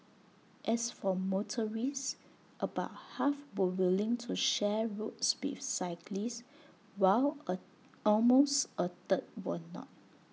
as for motorists about half were willing to share roads with cyclists while A almost A third were not